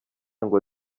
ngo